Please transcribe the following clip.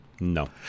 No